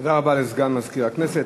תודה רבה לסגן מזכירת הכנסת.